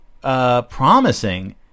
Promising